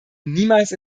niemals